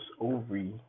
ovary